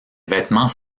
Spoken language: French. vêtements